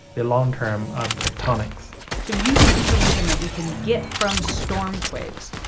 the long-term tectonics so using information that we can get from stormquakes,